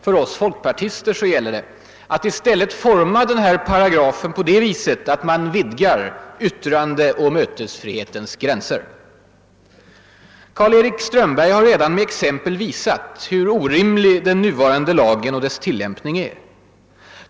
För oss folkpartister gäller det i stället att forma den här paragrafen så att man vidgar yttrandeoch mötesfrihetens gränser. Karl-Erik Strömberg har redan med exempel visat hur orimlig den nuvarande lagen och dess tillämpning är.